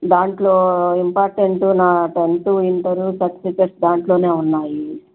దాంట్లో ఇంపార్టెంటు నా tenth inter certificates దాంట్లోనే ఉన్నాయి